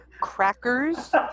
crackers